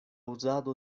uzado